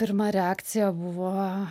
pirma reakcija buvo